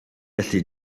felly